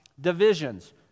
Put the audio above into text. divisions